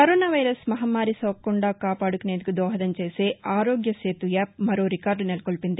corona virus మహమ్మారి సోకకుండా కాపాడుకునేందుకు దోహదం చేసే ఆరోగ్య సేతు యాప్ మరో రికార్గు నెలకొల్పింది